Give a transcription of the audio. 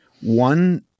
One